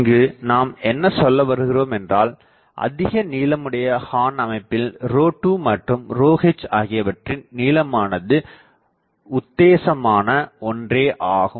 இங்கு நாம் என்ன சொல்லவருகிறோம் என்றால் அதிக நீளமுடைய ஹார்ன் அமைப்பில் ρ2 மற்றும் ρh ஆகியவற்றின் நீளமானது உத்தேசமான ஒன்றே என்பதாகும்